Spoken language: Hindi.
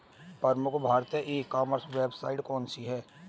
प्रमुख भारतीय ई कॉमर्स वेबसाइट कौन कौन सी हैं?